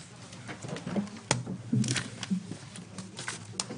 הישיבה ננעלה בשעה 12:20.